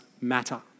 matter